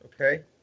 okay